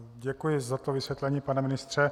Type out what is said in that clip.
Děkuji za vysvětlení, pane ministře.